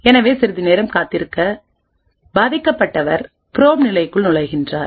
எனவே சிறிது நேரம் காத்திருந்து பாதிக்கப்பட்டவர் ப்ரோப் நிலைகளுக்குள் நுழைகிறார்